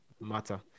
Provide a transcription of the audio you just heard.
matter